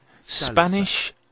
Spanish